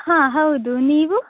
ಹಾಂ ಹೌದು ನೀವು